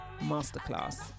masterclass